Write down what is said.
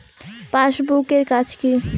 Passbook এর কাজ কি?